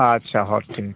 ᱟᱪᱪᱷᱟ ᱦᱳᱭ ᱴᱷᱤᱠ